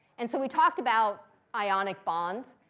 and so we talked about ionic bonds.